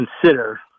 consider